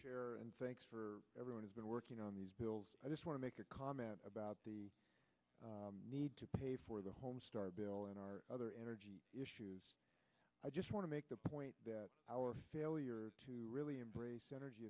chair and thanks for everyone has been working on these bills i just want to make a comment about the need to pay for the homestar bill and our other energy issues i just want to make the point that our failure to really embrace